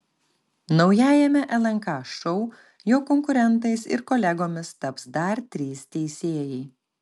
naujajame lnk šou jo konkurentais ir kolegomis taps dar trys teisėjai